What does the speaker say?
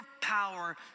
power